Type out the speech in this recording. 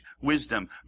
wisdom